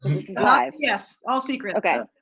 yes, all secret. okay.